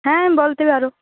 হ্যাঁ বলতে পারো